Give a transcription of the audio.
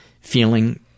feeling